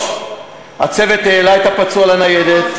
מה שלא קרה, הצוות העלה את הפצוע לניידת,